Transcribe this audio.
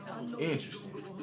Interesting